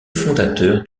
fondateur